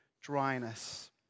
dryness